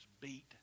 beat